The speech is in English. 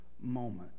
moment